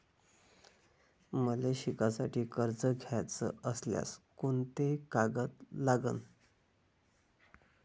मले शिकासाठी कर्ज घ्याचं असल्यास कोंते कागद लागन?